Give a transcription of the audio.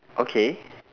okay